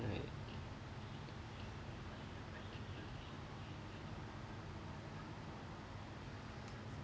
right